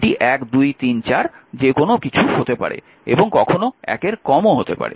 এটি 1 2 3 4 যে কোনও কিছু হতে পারে এবং কখনও 1 এর কমও হতে পারে